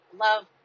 love